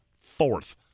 fourth